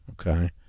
Okay